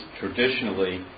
traditionally